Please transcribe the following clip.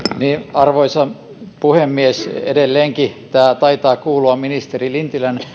arvoisa puhemies edelleenkin tämä taitaa kuulua ministeri lintilän